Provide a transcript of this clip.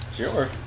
Sure